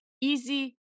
easy